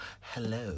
hello